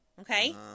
Okay